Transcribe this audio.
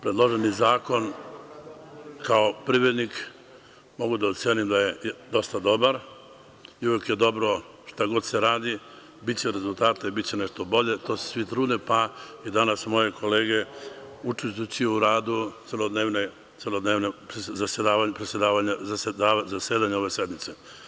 Predloženi zakon, kao privrednik, mogu da ocenim da je dosta dobar i uvek je dobro, šta god se radi, biće rezultata, biće nešto bolje, to se svi trude, pa i danas moje kolege učestvujući u radu celodnevnog zasedanja ove sednice.